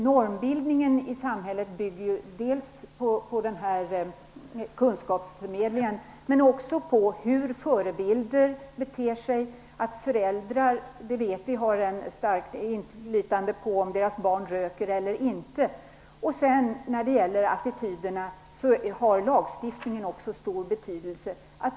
Normbildningen i samhället bygger på kunskapsförmedling, men också på hur förebilder beter sig. Vi vet att föräldrar har ett starkt inflytande på om deras barn röker eller inte. Men lagstiftningen har också stor betydelse när det gäller attityder.